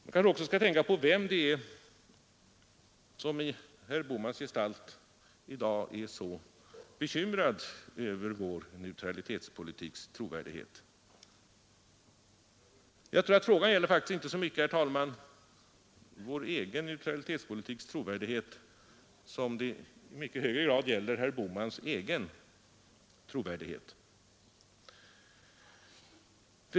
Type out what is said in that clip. Man kanske också skall tänka på vem det är som i herr Bohmans gestalt i dag är så bekymrad över vår neutralitetspolitiks trovärdighet. Jag tror att frågan faktiskt inte så mycket gäller vår egen neutralitetspolitiks trovärdighet som i mycket högre grad herr Bohmans egen trovärdighet.